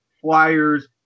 flyers